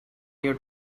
your